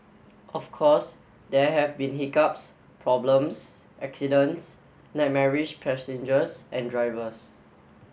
of course there have been hiccups problems accidents nightmarish passengers and drivers